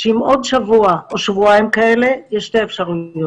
שעם עוד שבוע או שבועיים כאלה יש שתי אפשרויות,